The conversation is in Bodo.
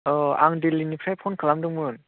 अ आं दिल्लीनिफ्राय फ'न खालामदोंमोन